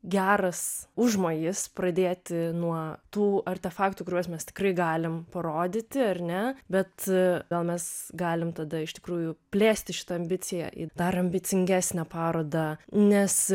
geras užmojis pradėti nuo tų artefaktų kuriuos mes tikrai galim parodyti ar ne bet gal mes galim tada iš tikrųjų plėsti šitą ambiciją į dar ambicingesnę parodą nes